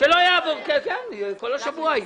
כל השבוע יהיה.